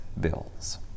bills